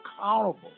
accountable